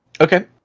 Okay